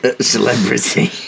celebrity